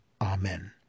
Amen